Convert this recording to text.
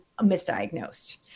misdiagnosed